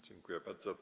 Dziękuję bardzo.